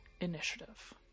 initiative